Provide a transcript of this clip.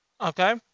Okay